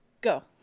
Go